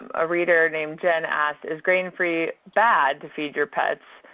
a reader named jen asked, is grain free bad to feed your pets?